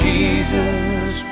Jesus